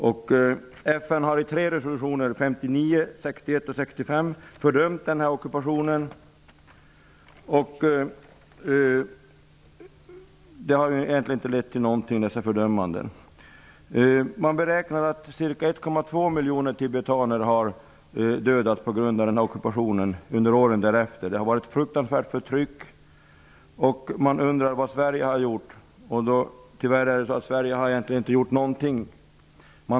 FN har i tre resolutioner åren 1959, 1961 och 1965 fördömt ockupationen, men dessa fördömanden har egentligen inte lett till någonting. Man beräknar att ca 1,2 miljoner tibetaner under åren därefter har dödats på grund av ockupationen. Det har varit ett fruktansvärt förtryck. Man undrar vad Sverige har gjort. Tyvärr har Sverige egentligen inte gjort någonting.